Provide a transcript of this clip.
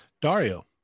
Dario